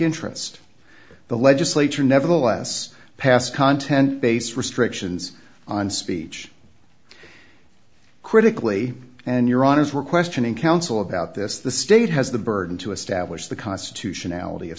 interest the legislature nevertheless passed content based restrictions on speech critically and your honour's were questioning counsel about this the state has the burden to establish the constitutionality of